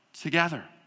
together